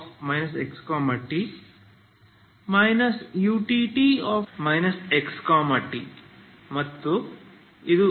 ಅದು ಬೇರೇನಲ್ಲ c2uxx xtutt xt ಮತ್ತು ಇದು x0